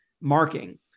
marking